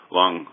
long